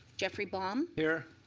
geoffrey baum. here.